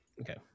okay